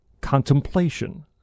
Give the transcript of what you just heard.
contemplation